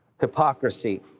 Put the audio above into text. hypocrisy